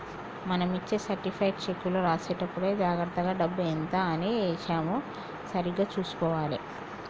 మనం ఇచ్చే సర్టిఫైడ్ చెక్కులో రాసేటప్పుడే జాగర్తగా డబ్బు ఎంత అని ఏశామో సరిగ్గా చుసుకోవాలే